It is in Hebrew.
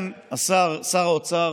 אסטרחן,